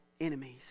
enemies